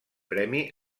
premi